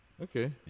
Okay